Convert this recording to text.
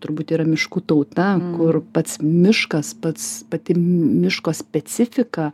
turbūt yra miškų tauta kur pats miškas pats pati miško specifika